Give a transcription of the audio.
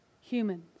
humans